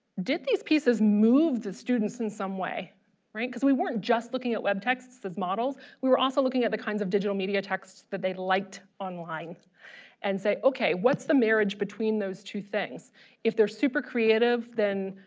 did these pieces move the students in some way right because we weren't just looking at web texts as models we were also looking at the kinds of digital media texts that they liked online and say okay what's the marriage between those two things if they're super creative then,